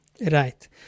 right